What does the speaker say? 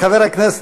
חבר הכנסת,